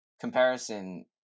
comparison